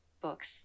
books